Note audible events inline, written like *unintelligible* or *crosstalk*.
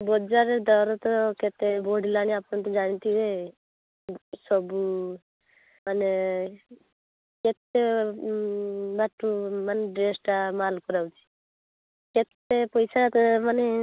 ବଜାରରେ ଦର ତ କେତେ ବଢ଼ିଲାଣି ଆପଣ ତ ଜାଣିଥିବେ ସବୁ ମାନେ କେତେ *unintelligible* ମାନେ ଡ୍ରେସ୍ଟା ମାଲ୍ କରାଉଛି କେତେ ପଇସାମାନେ